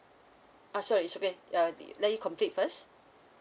uh sorry it's okay uh let you complete first